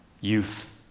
youth